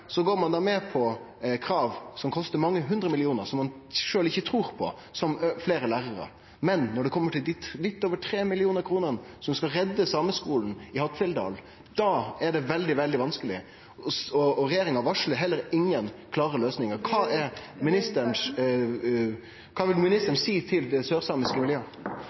går ein med på krav som kostar mange hundre millionar, som man sjølv ikkje trur på, som fleire lærarar. Men når det kjem til dei litt over tre millionar kronene som skal redde sameskulen i Hattfjelldal, er det veldig, veldig vanskeleg, og regjeringa varslar heller ingen klare løysingar. Kva vil ministeren seie til det sørsamiske